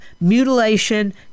mutilation